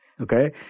okay